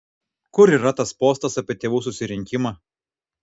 kur yra tas postas apie tėvų susirinkimą